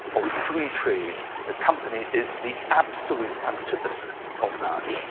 of free trade the company is the absolute antithesis of that.